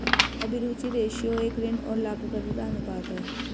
अभिरुचि रेश्यो एक ऋण और लाभप्रदता अनुपात है